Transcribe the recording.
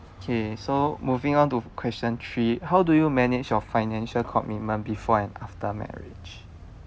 okay so moving on to question three how do you manage your financial commitment before and after marriage